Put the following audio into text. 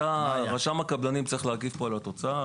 רשם הקבלנים צריך להגיב פה על התוצאה.